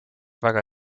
väga